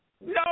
No